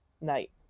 night